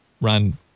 Ran